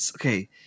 okay